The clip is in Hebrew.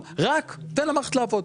רק תן למערכת לעבוד.